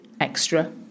extra